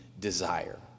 desire